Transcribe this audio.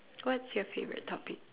what's your favourite topic